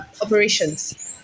operations